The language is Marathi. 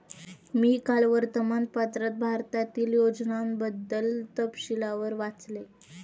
मी काल वर्तमानपत्रात भारतीय योजनांबद्दल तपशीलवार वाचले